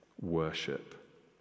worship